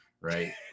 right